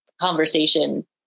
conversation